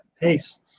pace